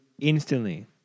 instantly